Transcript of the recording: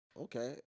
Okay